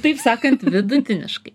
taip sakant vidutiniškai